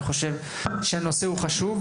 אני חושב שזה נושא חשוב,